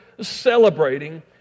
celebrating